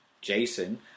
Jason